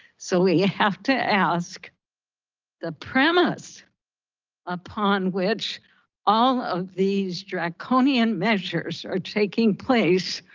so we have to ask the premise upon which all of these draconian measures are taking place